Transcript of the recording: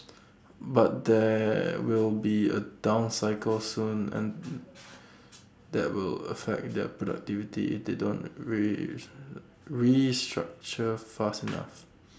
but there will be A down cycle soon and that will affect their productivity they don't ree restructure fast enough